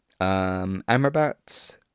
Amrabat